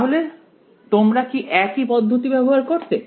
তোমরা কি একই পদ্ধতি ব্যবহার করতে